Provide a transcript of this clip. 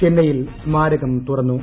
ചെന്നൈയിൽ സ്മാരകം തുറന്നു